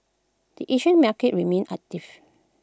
the Asian market remained active